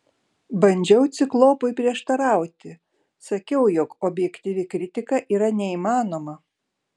bandžiau ciklopui prieštarauti sakiau jog objektyvi kritika yra neįmanoma